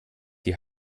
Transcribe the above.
die